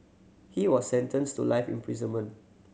he was sentenced to life imprisonment